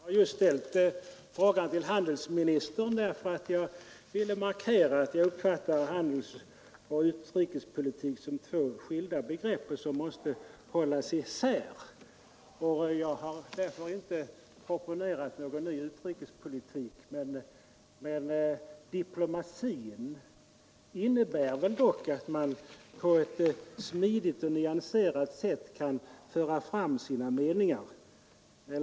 Fru talman! Jag har ställt frågan till handelsministern, därför att jag ville markera att jag uppfattar handelsoch utrikespolitik som två skilda begrepp, som måste hållas isär. Jag har därför inte proponerat någon ny utrikespolitik. Men diplomati innebär väl dock att man på ett smidigt och nyanserat sätt kan föra fram sina meningar.